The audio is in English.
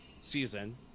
season